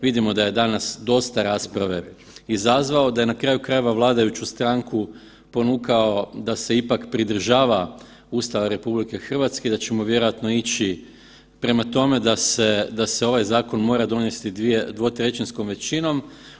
Vidimo da je danas dosta rasprave izazvao, da je na kraju krajeva vladajuću stranku ponukao da se ipak pridržava Ustava RH i da ćemo vjerojatno ići prema tome da se ovaj zakon mora donesti 2/3 većinom.